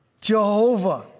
Jehovah